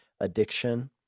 addiction